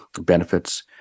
benefits